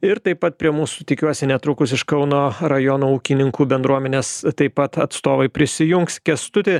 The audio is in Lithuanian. ir taip pat prie mūsų tikiuosi netrukus iš kauno rajono ūkininkų bendruomenės taip pat atstovai prisijungs kęstuti